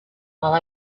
while